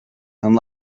and